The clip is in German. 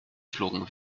flogen